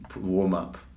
warm-up